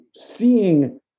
seeing